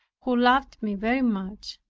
who loved me very much,